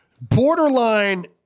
borderline